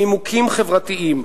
נימוקים חברתיים,